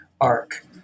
arc